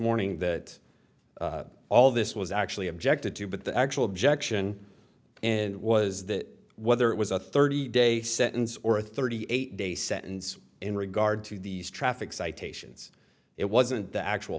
morning that all this was actually objected to but the actual objection and was that whether it was a thirty day sentence or a thirty eight day sentence in regard to these traffic citations it wasn't the actual